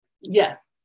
Yes